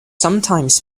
sometimes